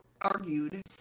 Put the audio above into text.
argued